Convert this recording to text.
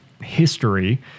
history